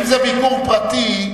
אם זה ביקור פרטי,